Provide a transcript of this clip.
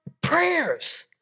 prayers